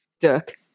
Dirk